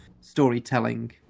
storytelling